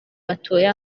batuye